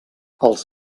els